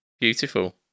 Beautiful